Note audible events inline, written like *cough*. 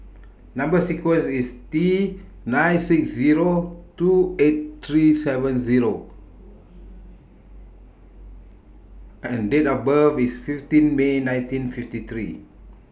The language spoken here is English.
Number sequence IS T nine six Zero two eight three seven Zero *noise* and Date of birth IS fifteen May nineteen fifty three